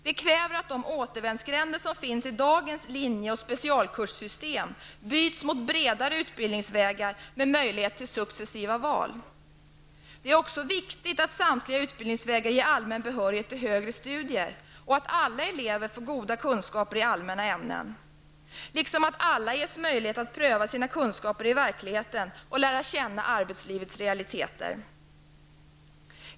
Det kräver att de återvändsgränder som finns i dagens linje och specialkurssystem byts mot bredare utbildningsvägar med möjlighet till successiva val. Det är också viktigt att samtliga utbildningsvägar ger allmän behörighet till högre studier och att alla elever får goda kunskaper i allmänna ämnen, liksom att alla ges möjligheter att pröva sina kunskaper i verkligheten och lära känna arbetslivets realiteter.